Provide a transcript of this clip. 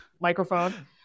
microphone